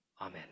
Amen